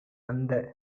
அந்த